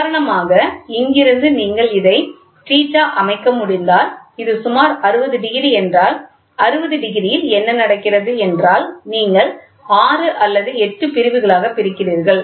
உதாரணமாக இங்கிருந்து நீங்கள் இதை θ அமைக்க முடிந்தால் இது சுமார் 60 டிகிரி என்றால் 60 டிகிரி என்ன நடக்கிறது என்றால் நீங்கள் 6 அல்லது 8 பிரிவுகளாக பிரிக்கிறீர்கள்